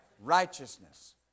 Righteousness